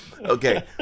Okay